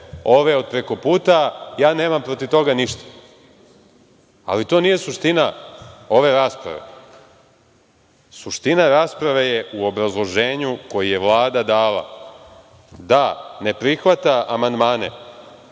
ove od preko puta. Ja nemam protiv toga ništa, ali to nije suština ove rasprave. Suština rasprave je u obrazloženju koji je Vlada dala da ne prihvata amandmane